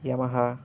Yamaha